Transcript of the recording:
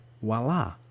voila